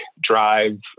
drive